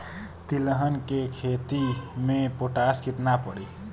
तिलहन के खेती मे पोटास कितना पड़ी?